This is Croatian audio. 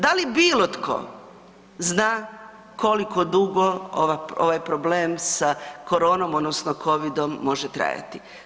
Da li bitno tko zna koliko dugo ovaj problem sa koronom, odnosno Covidom može trajati.